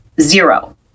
Zero